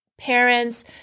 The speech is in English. parents